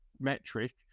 metric